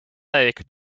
lake